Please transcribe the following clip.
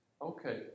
Okay